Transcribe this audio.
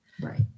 right